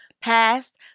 Past